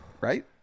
Right